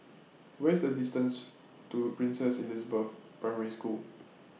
What IS The distance to Princess Elizabeth Primary School